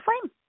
flame